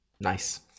Nice